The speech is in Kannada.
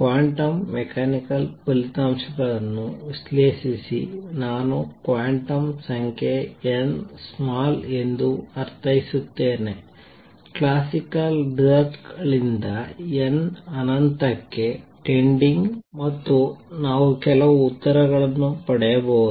ಕ್ವಾಂಟಮ್ ಮೆಕ್ಯಾನಿಕಲ್ ಫಲಿತಾಂಶಗಳನ್ನು ವಿಶ್ಲೇಷಿಸಿ ನಾನು ಕ್ವಾಂಟಮ್ ಸಂಖ್ಯೆ n small ಎಂದು ಅರ್ಥೈಸುತ್ತೇನೆ ಕ್ಲಾಸಿಕಲ್ ರಿಸಲ್ಟ್ ಗಳಿಂದ n ಅನಂತಕ್ಕೆ ಟೆಂಡಿಂಗ್ ಮತ್ತು ನಾವು ಕೆಲವು ಉತ್ತರಗಳನ್ನು ಪಡೆಯಬಹುದು